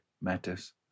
matters